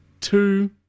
two